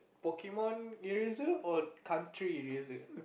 Pokemon eraser or country eraser